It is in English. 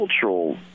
cultural